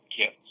kids